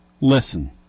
listen